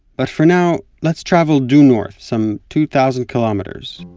but for now, let's travel due north some two thousand kilometers,